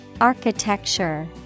Architecture